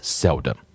seldom